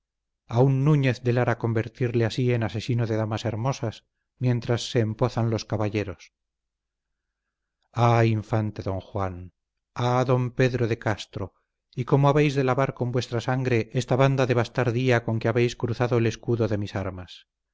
un núñez de lara convertirle así en asesino de damas hermosas mientras se empozan los caballeros ah infante don juan ah don pedro de castro y cómo habéis de lavar con vuestra sangre esta banda de bastardía con que habéis cruzado el escudo de mis armas